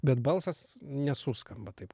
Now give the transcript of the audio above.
bet balsas nesuskamba taip